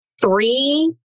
Three